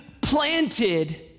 planted